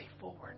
forward